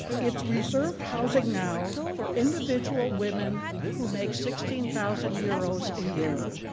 it's reserve housing now for individual women who make sixteen thousand euros a year.